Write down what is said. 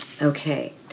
Okay